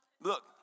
Look